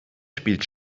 spielt